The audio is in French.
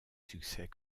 succès